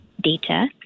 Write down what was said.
data